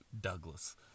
Douglas